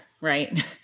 Right